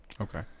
Okay